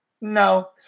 No